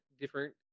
different